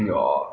oh